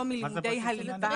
לא מלימודי הליבה.